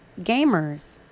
gamers